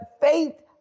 faith